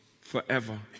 forever